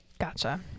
Gotcha